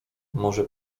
może